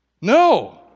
No